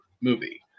movie